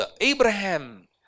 Abraham